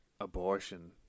abortion